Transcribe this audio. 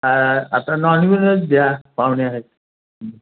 आ आता नॉन वेजच द्या पाहुणे हायत